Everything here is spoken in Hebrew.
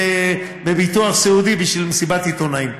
בביטוח סיעודי בשביל מסיבת עיתונאים.